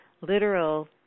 literal